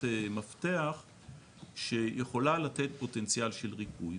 מפתח מסוימת שיכולה לתת פוטנציאל של ריפוי,